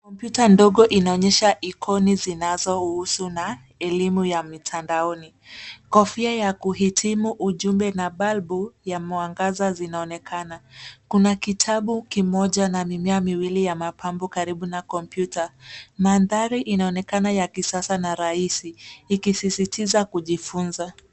Kompyuta ndogo inaonyesha ikoni zinazohusu na elimu ya mitandaoni. Kofia ya kuhitimu, ujumbe na balbu ya mwangaza zinaonekana. Kuna kitabu kimoja na mimea miwili ya mapambo karibu na kompyuta. Mandhari inaonekana ya kisasa na rahisi, ikisisitiza kujifunza.